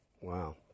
Wow